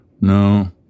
No